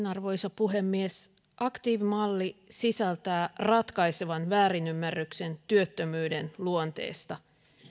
arvoisa puhemies aktiivimalli sisältää ratkaisevan väärinymmärryksen työttömyyden luonteesta